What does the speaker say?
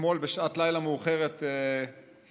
אתמול בשעת לילה מאוחרת "התווטסאפתי"